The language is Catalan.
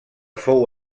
fou